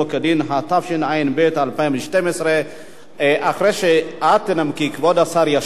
התשע"א 2011, של